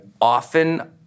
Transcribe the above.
often